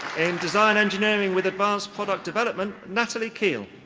in design engineering with advanced product development, natalie kiel.